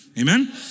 Amen